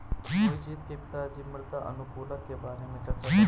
मोहजीत के पिताजी मृदा अनुकूलक के बारे में चर्चा कर रहे थे